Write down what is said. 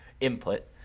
input